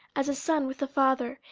as a son with the father,